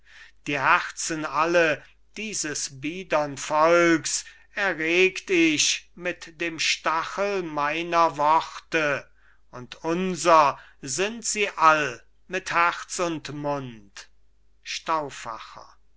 die herzen alle dieses biedern volks erregt ich mit dem stachel meiner worte und unser sind sie all mit herz und mund